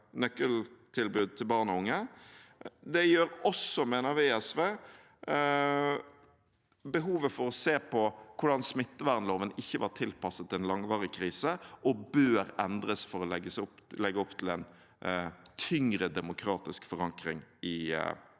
nøkkeltilbud til barn og unge. Det gjelder også, mener vi i SV, behovet for å se på hvordan smittevernloven ikke var tilpasset en langvarig krise, og bør endres for å legge opp til en tyngre demokratisk forankring i